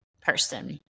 person